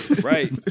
right